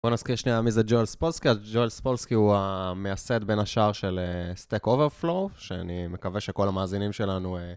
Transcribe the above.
בואו נזכיר שנייה מי זה ג'ואל ספולסקי, ג'ואל ספולסקי הוא המייסד בין השאר של סטק אוברפלו שאני מקווה שכל המאזינים שלנו